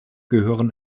gehören